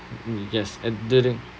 mm yes I didn't